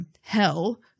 hell